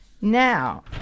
Now